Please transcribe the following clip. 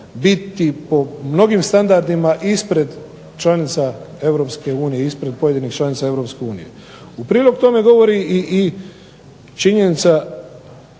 biti po mnogim standardima ispred članica EU ispred pojedinih članica EU. U prilog tome govori i činjenica